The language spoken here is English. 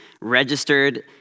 registered